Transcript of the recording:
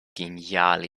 geniale